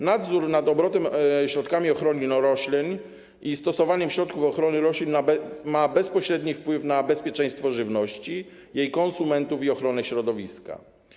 Nadzór nad obrotem środkami ochrony roślin i stosowaniem środków ochrony roślin ma bezpośredni wpływ na bezpieczeństwo żywności, jej konsumentów i ochronę środowiska.